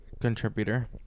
Contributor